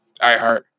iHeart